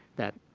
that